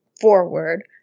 forward